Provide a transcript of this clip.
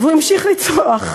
והוא המשיך לצרוח,